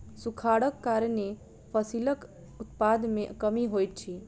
सूखाड़क कारणेँ फसिलक उत्पादन में कमी होइत अछि